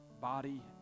body